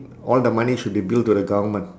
all the money should be billed to the government